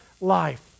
life